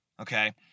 Okay